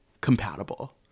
compatible